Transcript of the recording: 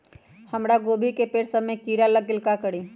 हमरा गोभी के पेड़ सब में किरा लग गेल का करी?